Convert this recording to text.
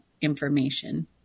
information